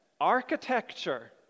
architecture